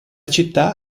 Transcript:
città